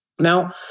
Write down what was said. Now